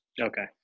Okay